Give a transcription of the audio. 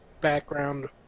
background